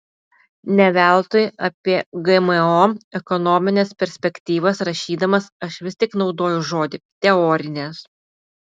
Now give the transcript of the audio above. ne veltui apie gmo ekonomines perspektyvas rašydamas aš vis tik naudoju žodį teorinės